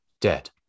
Dead